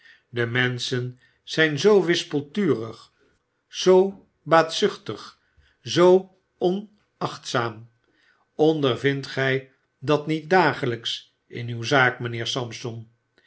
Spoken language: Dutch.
de menschen zyn zoo wispelturig zoo baatzuchtig zoo onachtzaam ondervindt gij dat niet dagelps in uw zaak mynheer sampson